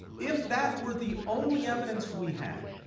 if that were the only evidence we had,